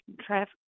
traffic